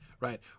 Right